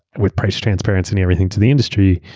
with price transparency everything to the industry,